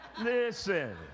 Listen